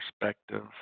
perspective